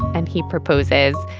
and he proposes.